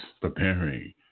preparing